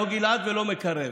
לא גִּלעד ולא מקרב.